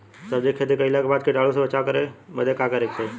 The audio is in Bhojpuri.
सब्जी के खेती कइला के बाद कीटाणु से बचाव करे बदे का करे के चाही?